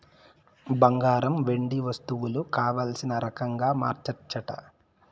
బంగారు, వెండి వస్తువులు కావల్సిన రకంగా మార్చచ్చట